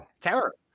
Terror